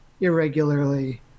irregularly